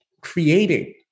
creating